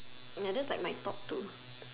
another like my top two